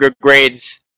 grades